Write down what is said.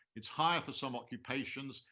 it's higher for some occupations,